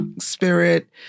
spirit